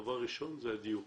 דבר ראשון זה הדיור.